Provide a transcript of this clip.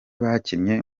bakinnye